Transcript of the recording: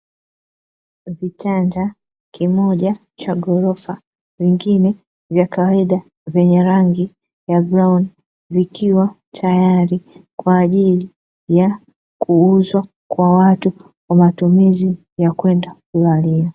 Kitanda kimoja cha gorofa vingine vya kawaida, vyenye rangi ya kahawia vikiwa tayari kwajili ya kuuzwa kwa matumizi ya watu kwenda kulalia.